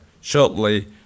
shortly